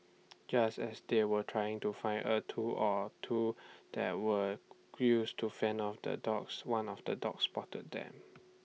just as they were trying to find A tool or two that were use to fend off the dogs one of the dogs spotted them